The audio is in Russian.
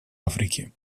африки